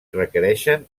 requereixen